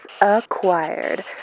Acquired